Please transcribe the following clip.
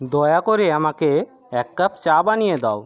দয়া করে আমাকে এক কাপ চা বানিয়ে দাও